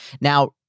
Now